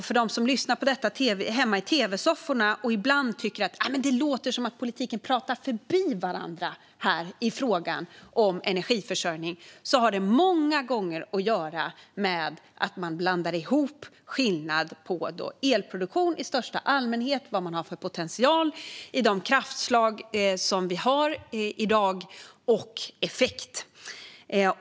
För dem som lyssnar på detta hemma i tv-sofforna och ibland tycker att det låter som om politikerna pratar förbi varandra i frågan om energiförsörjning, har det många gånger att göra med att man blandar ihop elproduktion i största allmänhet - vad man har för potential i de kraftslag vi har i dag - och effekt.